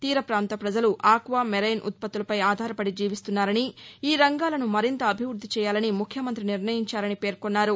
తీర పాంత పజలు ఆక్వా మెరైన్ ఉత్పత్తులపై ఆధారపడి జీవిస్తున్నారని ఈ రంగాలను మరింత అభివృద్ది చేయాలని ముఖ్యమంతి నిర్ణయించారని అన్నారు